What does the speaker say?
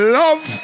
love